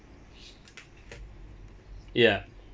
ya